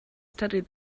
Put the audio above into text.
studied